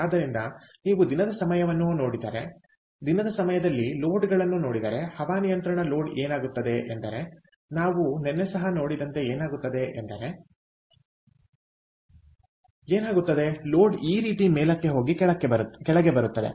ಆದ್ದರಿಂದ ನೀವು ದಿನದ ಸಮಯವನ್ನು ನೋಡಿದರೆ ದಿನದ ಸಮಯದಲ್ಲಿ ಲೋಡ್ಗಳನ್ನು ನೋಡಿದರೆ ಹವಾನಿಯಂತ್ರಣ ಲೋಡ್ ಏನಾಗುತ್ತದೆ ಎಂದರೆ ನಾವು ನಿನ್ನೆ ಸಹ ನೋಡಿದಂತೆ ಏನಾಗುತ್ತದೆ ಎಂದರೆ ಏನಾಗುತ್ತದೆ ಲೋಡ್ ಈ ರೀತಿ ಮೇಲಕ್ಕೆ ಹೋಗಿ ಕೆಳಗೆ ಬರುತ್ತದೆ